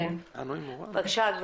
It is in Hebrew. בבקשה.